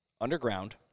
underground